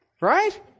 Right